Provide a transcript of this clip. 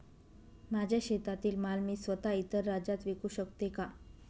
माझ्या शेतातील माल मी स्वत: इतर राज्यात विकू शकते का?